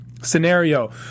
scenario